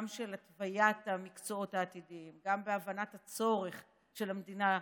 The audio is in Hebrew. גם של התוויית המקצועות העתידיים וגם בהבנת הצורך של המדינה,